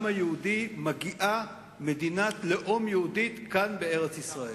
היהודי מגיעה מדינת לאום יהודית כאן בארץ-ישראל.